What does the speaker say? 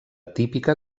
típica